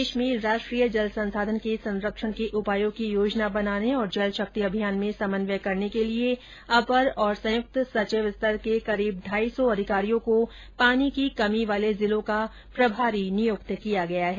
देश में राष्ट्रीय जल संसाधन के सरंक्षण के उपायों की योजना बनाने और जल शक्ति अभियान में समन्वय करने के लिए के लिए अपर और संयुक्त सचिव स्तर के करीब ढाई सौ अधिकारियों को पानी की कमी वाले जिलों का प्रभारी नियुक्त किया गया है